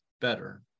better